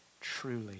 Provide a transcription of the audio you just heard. truly